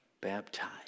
baptized